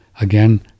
again